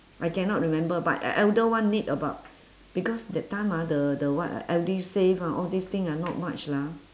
I cannot remember but e~ elder one need about because that time ah the the what uh edusave ah all these thing ah not much lah